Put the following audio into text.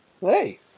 Hey